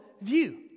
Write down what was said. view